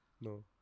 No